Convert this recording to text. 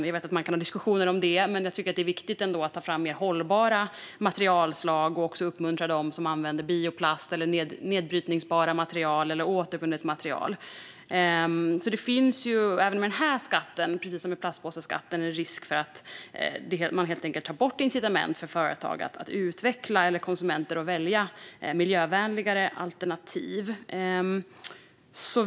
Jag vet att man kan ha diskussioner om detta, men jag tycker att det är viktigt att ta fram mer hållbara materialslag och uppmuntra dem som använder bioplast, nedbrytbara material eller återvunnet material. Även med den här skatten, precis som med plastpåseskatten, finns en risk för att incitament tas bort för företag att utveckla eller konsumenter att välja miljövänligare alternativ.